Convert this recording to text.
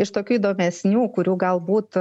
iš tokių įdomesnių kurių galbūt